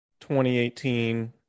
2018